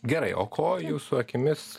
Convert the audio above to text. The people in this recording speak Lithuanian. gerai o ko jūsų akimis